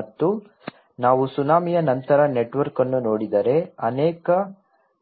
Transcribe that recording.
ಮತ್ತು ನಾವು ಸುನಾಮಿಯ ನಂತರ ನೆಟ್ವರ್ಕ್ ಅನ್ನು ನೋಡಿದರೆ ಅನೇಕ